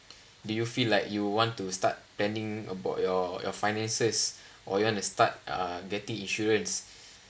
do you feel like you want to start planning about your your finances or you want to start uh getting insurance